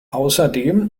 außerdem